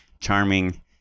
charming